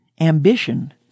ambition